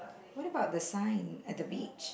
what about the sign at the beach